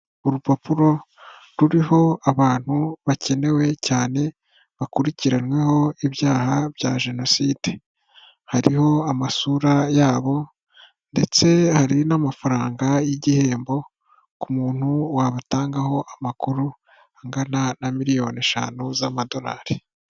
Urupapuro ruriho abantu bakenewe cyane bakurikiranyweho ibyaha bya jenoside hariho amasura yabo ndetse hari n'amafaranga y'igihembo ku muntu wabatangaho amakuru angana na miliyoni eshanu z'amadolari.